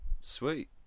Sweet